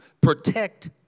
protect